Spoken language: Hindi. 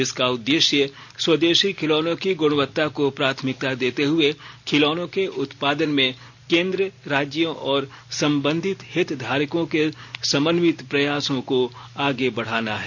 इसका उद्देश्य स्वदेशी खिलौनों की ग्णवत्ता को प्राथमिकता देते हये खिलौनों के उत्पादन में केन्द्र राज्यों और संबंधित हितधारकों के समन्वित प्रयासों को आगे बढाना है